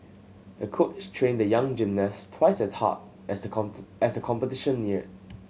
the coach trained the young gymnast twice as hard as the competition neared